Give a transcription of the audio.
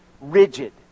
rigid